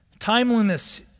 Timeliness